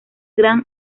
gran